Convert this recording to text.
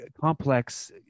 complex